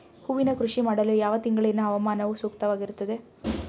ಹೂವಿನ ಕೃಷಿ ಮಾಡಲು ಯಾವ ತಿಂಗಳಿನ ಹವಾಮಾನವು ಸೂಕ್ತವಾಗಿರುತ್ತದೆ?